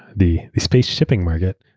the the space shipping market.